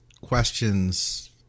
questions